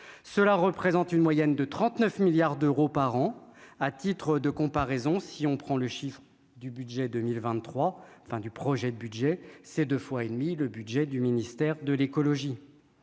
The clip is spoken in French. cela représente une moyenne de 39 milliards d'euros par an, à titre de comparaison, si on prend le chiffre du budget 2023 fin du projet de budget, c'est 2 fois et demie le budget du ministère de l'Écologie